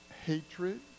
hatred